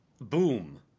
boom